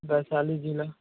वैशाली ज़िला